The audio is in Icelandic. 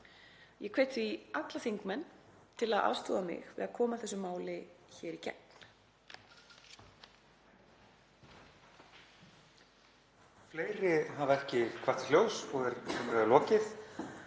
Ég hvet því alla þingmenn til að aðstoða mig við að koma þessu máli hér í gegn.